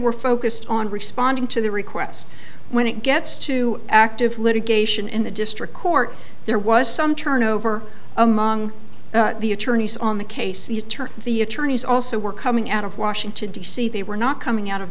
were focused on responding to the request when it gets to active litigation in the district court there was some turnover among the attorneys on the case the attorney the attorneys also were coming out of washington d c they were not coming out of